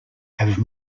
have